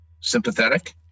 sympathetic